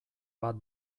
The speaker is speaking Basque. bat